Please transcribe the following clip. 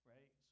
Right